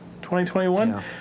2021